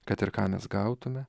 kad ir ką mes gautume